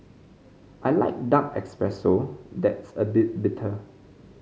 I like dark espresso that's a bit bitter